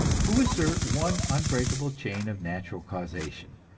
who assert one unbreakable chain of natural causation,